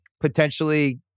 potentially